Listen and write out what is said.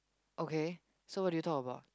okay so what do you talk about